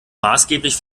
maßgeblich